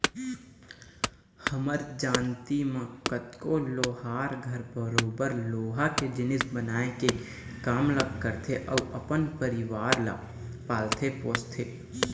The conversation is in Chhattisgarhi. हमर जानती म कतको लोहार घर बरोबर लोहा के जिनिस बनाए के काम ल करथे अउ अपन परिवार ल पालथे पोसथे